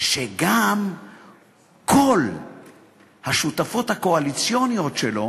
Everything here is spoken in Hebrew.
שגם כל השותפות הקואליציוניות שלו